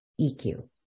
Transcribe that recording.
EQ